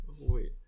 Wait